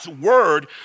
word